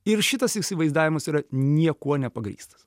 ir šitas įsivaizdavimas yra niekuo nepagrįstas